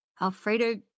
Alfredo